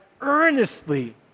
earnestly